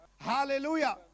Hallelujah